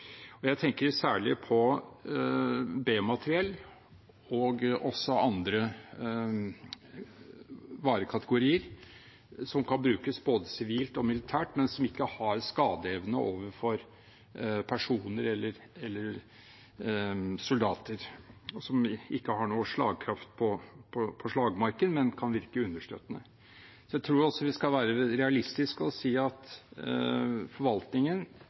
Jeg tenker særlig på B-materiell og også andre varekategorier som kan brukes både sivilt og militært, men som ikke har skadeevne overfor personer eller soldater, og som ikke har noe slagkraft på slagmarken, men kan virke understøttende. Jeg tror også vi skal være realistiske og si at forvaltningen,